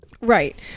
Right